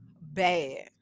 bad